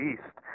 East